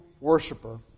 worshiper